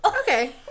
Okay